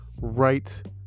right